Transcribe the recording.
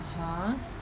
(uh huh)